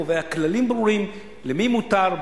קובע כללים ברורים למי מותר,